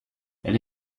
elle